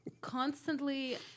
constantly